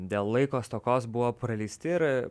dėl laiko stokos buvo praleisti ir